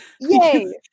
Yay